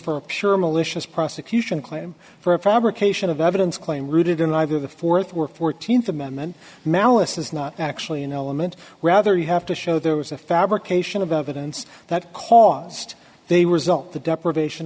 pure malicious prosecution claim for a fabrication of evidence claim rooted in either the fourth were fourteenth amendment malice is not actually an element rather you have to show there was a fabrication of evidence that caused they result the deprivation